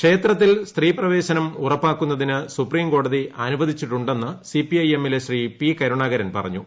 ക്ഷേത്രത്തിൽ സ്ത്രീപ്രവേശനം ഉറപ്പാക്കുന്നതിന് സുപ്രീംകോടതി അനുവദിച്ചിട്ടുണ്ടെന്ന് സിപിഐ എം ലെ ശ്രീ പി കരുണാകരൻ പറഞ്ഞു